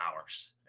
hours